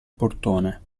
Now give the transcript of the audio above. portone